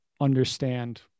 understand